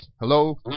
Hello